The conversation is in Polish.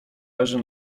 leży